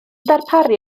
darparu